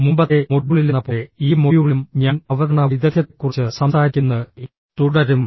മുമ്പത്തെ മൊഡ്യൂളിലെന്നപോലെ ഈ മൊഡ്യൂളിലും ഞാൻ അവതരണ വൈദഗ്ധ്യത്തെക്കുറിച്ച് സംസാരിക്കുന്നത് തുടരും